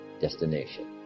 destination